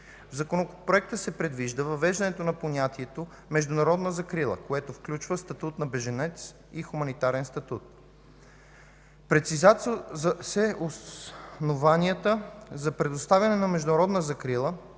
В Законопроекта се въвежда понятието „международна закрила”, което включва статут на бежанец и хуманитарен статут. Прецизират се основанията за предоставяне на международна закрила,